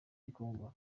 gikongoro